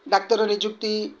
ଡାକ୍ତର ନିଯୁକ୍ତି